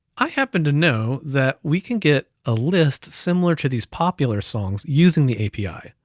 i happened to know that we can get a list similar to these popular songs using the api.